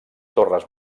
torres